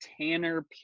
Tanner